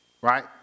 right